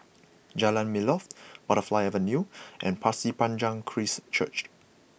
Jalan Melor Butterfly Avenue and Pasir Panjang Christ Church